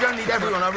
need everyone.